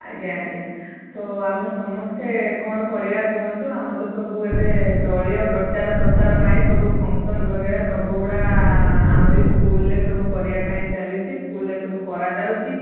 ଆଜ୍ଞା ଆଜ୍ଞା ତ ଆମେ ସମସ୍ତେ କଣ କରିବା କୁହନ୍ତୁ ଆମର ତ ସବୁ ଏବେ ଦଳୀୟ ପ୍ରଚାର ପ୍ରସାର ପାଇଁ ସବୁ ଫଙ୍କସନ୍ ବଗେରା ସବୁଗୁଡ଼ା ଆମରି ସ୍କୁଲ୍ ରେ ସବୁ କରିବାପାଇଁ ଚାଲିଛି ସ୍କୁଲ୍ ରେ ସବୁ କରାଯାଉଛି